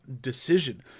decision